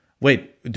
wait